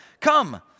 Come